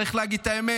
צריך להגיד את האמת.